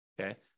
Okay